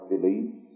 beliefs